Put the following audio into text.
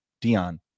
Dion